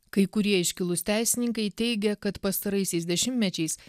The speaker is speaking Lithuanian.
kai kurie iškilūs teisininkai teigia kad pastaraisiais dešimtmečiais